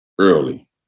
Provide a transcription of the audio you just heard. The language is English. early